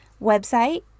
website